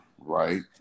right